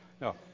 No